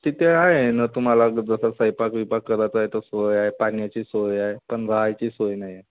तिथे आहे नं तुम्हाला जसं स्वयंपाक वियपाक करायचा आहे तर सोय आहे पाण्याची सोय आहे पण राहायची सोय नाही आहे